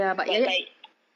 but like